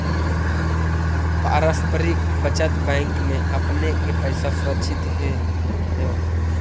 पारस्परिक बचत बैंक में आपने के पैसा सुरक्षित हेअ